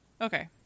Okay